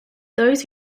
those